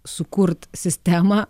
sukurt sistemą